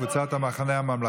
מירב